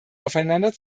aufeinander